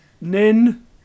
Nin